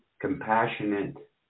compassionate